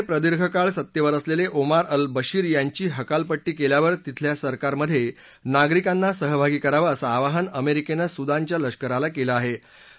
सुदानमध्ये प्रदीर्घ काळ सत्तेवर असलेले ओमार अल बशीर यांची हकालपट्टी केल्यावर तिथल्या सरकारमध्ये नागरिकांना सहभागी करावं असं आवाहन अमेरिकेनं सुदानच्या लष्कराला केलं आहे